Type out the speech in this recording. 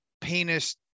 penis